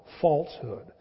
falsehood